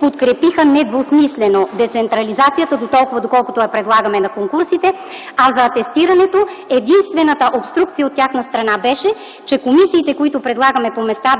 подкрепиха недвусмислено децентрализацията, доколкото я предлагаме на конкурсите, а за атестирането – единствената обструкция от тяхна страна беше, че комисиите, които предлагаме